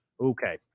Okay